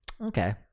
Okay